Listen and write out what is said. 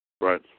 Right